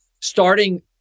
starting